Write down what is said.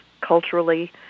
culturally